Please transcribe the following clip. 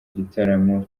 gitaramo